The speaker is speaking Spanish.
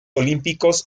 olímpicos